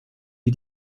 wir